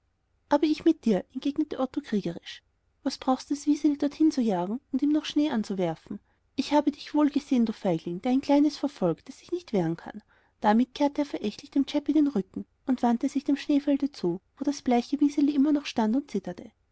aber ich mit dir entgegnete otto kriegerisch was brauchst du das wiseli dorthinein zu jagen und ihm noch schnee anzuwerfen ich habe dich wohl gesehen du feigling der ein kleines verfolgt das sich nicht wehren kann damit kehrte er verächtlich dem chäppi den rücken und wandte sich dem schneefelde zu wo das bleiche wiseli noch immer stand und zitterte